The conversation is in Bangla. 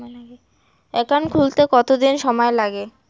একাউন্ট খুলতে কতদিন সময় লাগে?